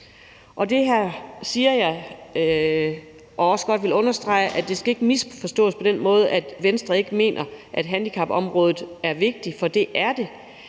vil gerne understrege, at det ikke skal forstås sådan, at Venstre ikke mener, at handicapområdet er vigtigt, for det er det,